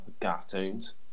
cartoons